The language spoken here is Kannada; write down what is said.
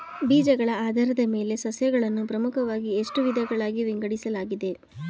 ಬೀಜಗಳ ಆಧಾರದ ಮೇಲೆ ಸಸ್ಯಗಳನ್ನು ಪ್ರಮುಖವಾಗಿ ಎಷ್ಟು ವಿಧಗಳಾಗಿ ವಿಂಗಡಿಸಲಾಗಿದೆ?